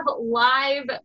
live